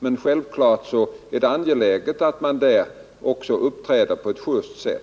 Men självfallet är det angeläget att man också i det sammanhanget uppträder på ett just sätt.